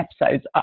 episodes